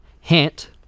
Hint